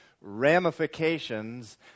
ramifications